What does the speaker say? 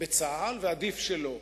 בצה"ל ועדיף שלא.